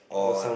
or